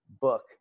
book